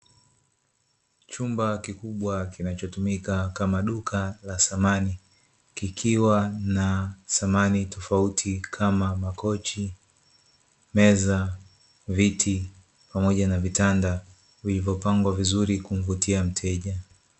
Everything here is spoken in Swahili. Chumba kikubwa kinachotumika kama duka la samani, kikiwa na samani tofauti kama makochi, meza, viti pamoja na vitanda vilivyopangwa vizuri kumvutia mteja.